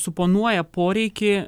suponuoja poreikį